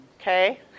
Okay